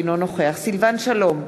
אינו נוכח סילבן שלום,